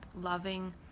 loving